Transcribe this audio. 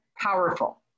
powerful